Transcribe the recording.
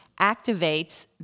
activates